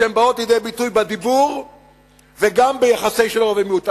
שבאות לידי ביטוי בדיבור וגם ביחסי רוב ומיעוט.